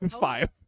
five